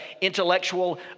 intellectual